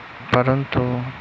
परंतु